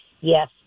Yes